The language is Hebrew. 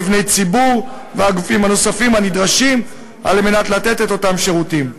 מבני הציבור והגופים הנוספים הנדרשים על מנת לתת את אותם שירותים.